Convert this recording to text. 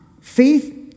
faith